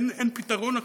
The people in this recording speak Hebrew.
אין פתרון אחר.